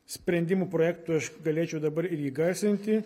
sprendimų projektų aš galėčiau dabar ir įgarsinti